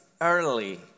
early